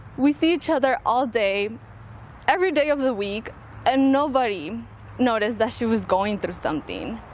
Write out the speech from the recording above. we see each other all day every day of the week and nobody noticed that she was going through something.